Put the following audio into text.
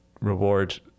reward